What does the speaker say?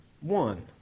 one